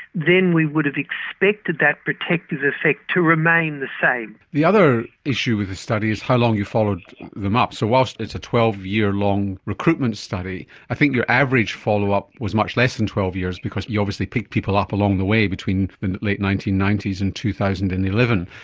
then we would have expected that protective effect to remain the same. the other issue with the study is how long you followed them up. so whilst it's a twelve year long recruitment study, i think your average follow-up was much less than twelve years because you obviously picked people up along the way between the late nineteen ninety s and two thousand and eleven.